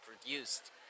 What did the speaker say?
produced